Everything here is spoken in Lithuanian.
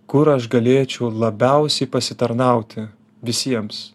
kur aš galėčiau labiausiai pasitarnauti visiems